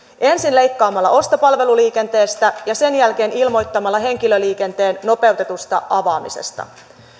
ensin leikkaamalla ostopalveluliikenteestä ja sen jälkeen ilmoittamalla henkilöliikenteen nopeutetusta avaamisesta